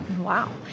Wow